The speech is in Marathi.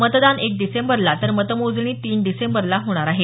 मतदान एक डिसेंबरला तर मतमोजणी तीन डिसेंबरला होणार आहे